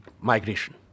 migration